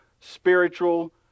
spiritual